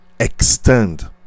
extend